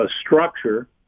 structure